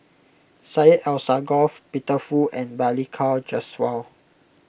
Syed Alsagoff Peter Fu and Balli Kaur Jaswal